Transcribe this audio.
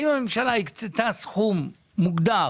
האם הממשלה הקצתה סכום מוגדר